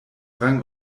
rang